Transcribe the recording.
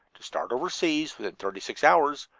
to start overseas within thirty-six hours,